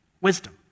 wisdom